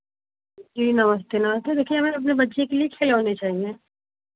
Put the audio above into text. जी नमस्ते नमस्ते देखिये मैम अपने बच्चे के लिए खिलौने चाहिए